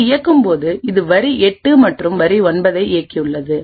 இதை இயக்கும் போது இது வரி 8 மற்றும் வரி 9 ஐ இயக்கியுள்ளது